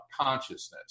consciousness